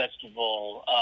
Festival